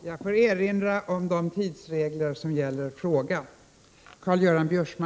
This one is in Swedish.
Jag får erinra om de tidsregler som gäller vid besvarandet av fråga.